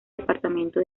departamento